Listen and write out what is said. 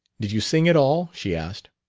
did you sing at all? she asked.